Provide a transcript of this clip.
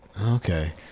okay